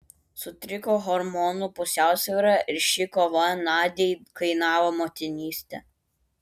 sutriko hormonų pusiausvyra ir ši kova nadiai kainavo motinystę